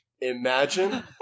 imagine